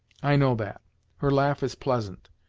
i know that her laugh is pleasant,